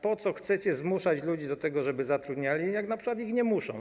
Po co chcecie zmuszać ludzi do tego, żeby zatrudniali, jak np. nie muszą?